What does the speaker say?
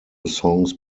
songs